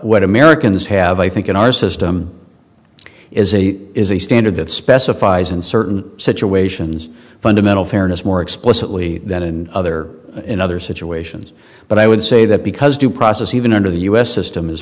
what americans have i think in our system is a is a standard that specifies in certain situations fundamental fairness more explicitly than in other in other situations but i would say that because due process even under the u s system